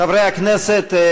חברי הכנסת,